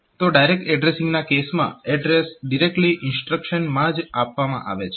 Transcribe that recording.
તો ડાયરેક્ટ એડ્રેસીંગના કેસમાં એડ્રેસ ડિરેક્ટલી ઇન્સ્ટ્રક્શનમાં જ આપવામાં આવે છે